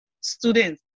students